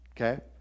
okay